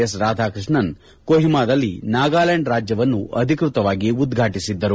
S Radhakrishnan ಕೊಹಿಮಾದಲ್ಲಿ ನಾಗಾಲ್ಡಾಂಡ್ ರಾಜ್ಯವನ್ನು ಅಧಿಕೃತವಾಗಿ ಉದ್ವಾಟಿಸಿದ್ದರು